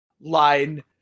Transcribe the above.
line